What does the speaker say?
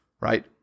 right